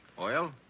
Oil